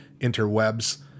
interwebs